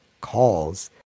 calls